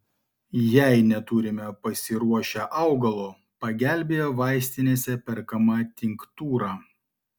jei neturime pasiruošę augalo pagelbėja vaistinėse perkama tinktūra